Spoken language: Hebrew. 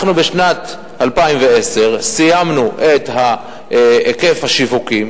בשנת 2010 סיימנו את היקף השיווקים